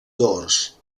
dors